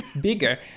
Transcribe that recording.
bigger